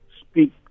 speak